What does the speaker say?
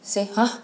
say !huh!